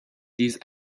these